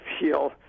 feel